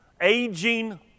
Aging